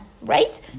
right